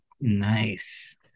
Nice